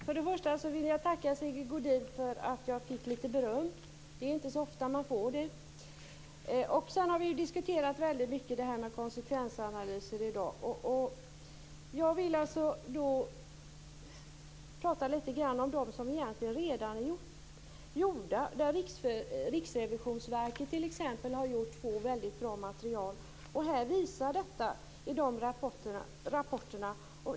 Fru talman! Först vill jag tacka Sigge Godin för att jag fick litet beröm. Det är inte så ofta man får det. Vi har i dag väldigt mycket diskuterat frågan om konsekvensanalyser. Jag vill tala om dem som redan är gjorda. Riksrevisionsverket exempelvis har åstadkommit två olika rapporter som är ett väldigt bra material.